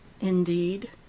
Indeed